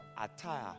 attire